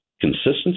consistency